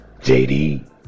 JD